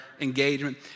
engagement